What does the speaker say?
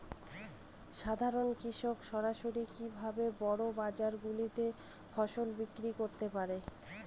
সাধারন কৃষক সরাসরি কি ভাবে বড় বাজার গুলিতে ফসল বিক্রয় করতে পারে?